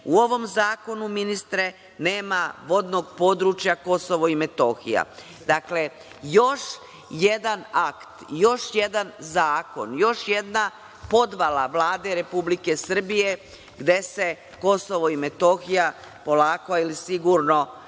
u ovom zakonu, ministre, nema vodnog područja Kosova i Metohije. Dakle, još jedan akt, još jedan zakon, još jedna podvala Vlade Republike Srbije gde se Kosovo i Metohija polako, ali sigurno,